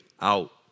out